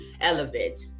elevate